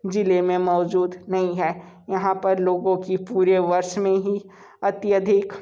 ज़िले में मौजूद नहीं है यहाँ पर लोगों की पूरे वर्ष में ही अत्याधिक